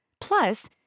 Plus